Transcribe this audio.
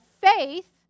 faith